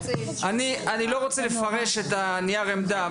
אני לא רוצה לפרש את נייר העמדה,